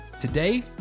Today